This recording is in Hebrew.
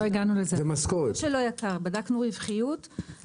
לא שלא יקר, בדקנו רווחיות.